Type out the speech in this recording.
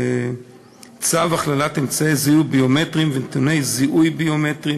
צו הכללת אמצעי זיהוי ביומטריים ונתוני זיהוי ביומטריים